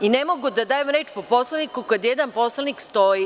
Ne mogu da dajem reč po Poslovniku, kada jedan poslanik stoji.